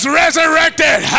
resurrected